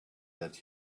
that